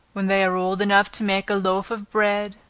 when they are old enough to make a loaf of bread,